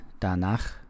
danach